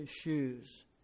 shoes